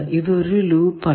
ഇത് ഒരു ലൂപ്പ് അല്ല